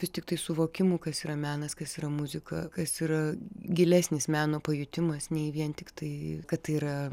vis tiktai suvokimu kas yra menas kas yra muzika kas yra gilesnis meno pajutimas nei vien tik tai kad tai yra